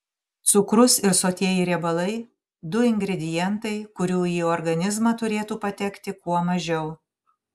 cukrus ir sotieji riebalai du ingredientai kurių į organizmą turėtų patekti kuo mažiau